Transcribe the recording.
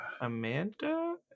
Amanda